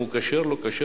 אם הוא כשר לא כשר,